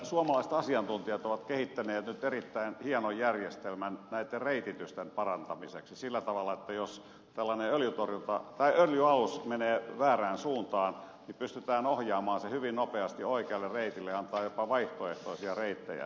suomalaiset asiantuntijat ovat kehittäneet nyt erittäin hienon järjestelmän näitten reititysten parantamiseksi sillä tavalla että jos tällainen öljyalus menee väärään suuntaan niin pystytään ohjaamaan se hyvin nopeasti oikealle reitille ja antamaan jopa vaihtoehtoisia reittejä